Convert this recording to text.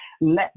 let